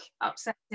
upsetting